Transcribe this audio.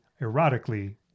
erotically